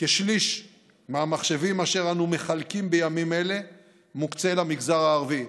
כשליש מהמחשבים אשר אנו מחלקים בימים אלה מוקצה למגזר הערבי.